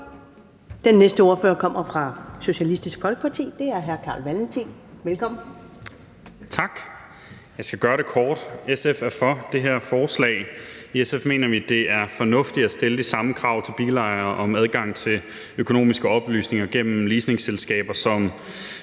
næste ordfører kommer fra Socialistisk Folkeparti, og det er hr. Carl Valentin. Velkommen. Kl. 12:00 (Ordfører) Carl Valentin (SF): Tak. Jeg skal gøre det kort. SF er for det her forslag. I SF mener vi, at det er fornuftigt at stille de samme krav til bilejere om adgang til økonomiske oplysninger gennem leasingselskaber, som